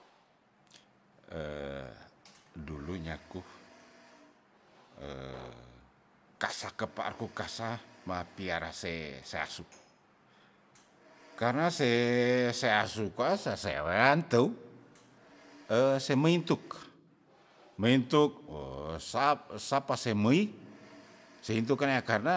dulu nyaku kasa kepaaru kasa ma piara se seasu karna se seasu kwa sasewean teu eh semeintuk- meintuk woh sap esapa se meih seintu kenea karna